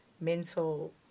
mental